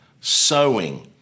sowing